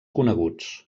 coneguts